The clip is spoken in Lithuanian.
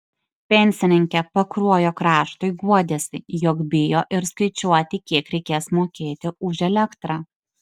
pensininkė pakruojo kraštui guodėsi jog bijo ir skaičiuoti kiek reikės mokėti už elektrą